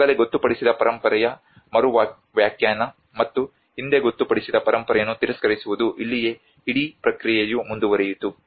ಈಗಾಗಲೇ ಗೊತ್ತುಪಡಿಸಿದ ಪರಂಪರೆಯ ಮರು ವ್ಯಾಖ್ಯಾನ ಮತ್ತು ಹಿಂದೆ ಗೊತ್ತುಪಡಿಸಿದ ಪರಂಪರೆಯನ್ನು ತಿರಸ್ಕರಿಸುವುದು ಇಲ್ಲಿಯೇ ಇಡೀ ಪ್ರಕ್ರಿಯೆಯು ಮುಂದುವರಿಯಿತು